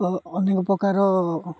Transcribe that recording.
ଅନେକ ପ୍ରକାର